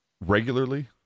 Regularly